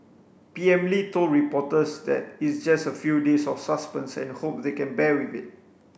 P M Lee told reporters that it's just a few days of suspense and hope they can bear with it